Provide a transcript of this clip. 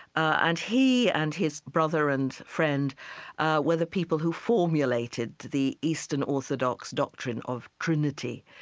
and he and his brother and friend were the people who formulated the eastern orthodox doctrine of trinity.